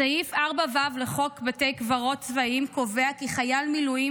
סעיף 4ו לחוק בתי קברות צבאיים קובע כי חייל מילואים